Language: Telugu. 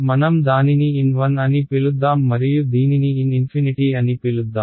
మనం దానిని n1 అని పిలుద్దాం మరియు దీనిని n∞ అని పిలుద్దాం